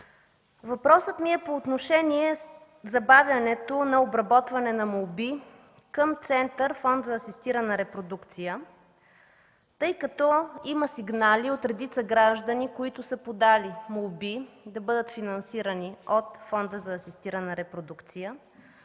Въпросът ми е по отношение забавянето на обработване на молби към Център „Фонд за асистирана репродукция”, тъй като има сигнали от редица граждани, които са подали молби да бъдат финансирани от Фонда за асистирана репродукция.